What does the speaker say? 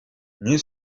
nie